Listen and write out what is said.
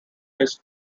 his